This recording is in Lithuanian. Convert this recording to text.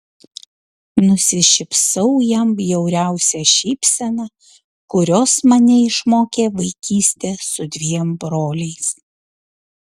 nusišypsau jam bjauriausia šypsena kurios mane išmokė vaikystė su dviem broliais